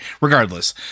regardless